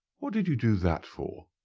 what did you do that for?